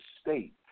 state